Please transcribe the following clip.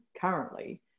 currently